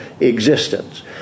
existence